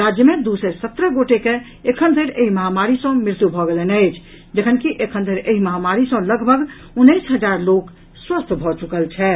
राज्य मे दू सय सत्रह गोटे के एखनधरि एहि महामारी सॅ मृत्यु भेल अछि जखनकि एखनधरि एहि महामारी सॅ लगभग उन्नैस हजार लोक स्वस्थ भऽ चुकल छथि